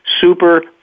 Super